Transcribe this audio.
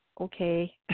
okay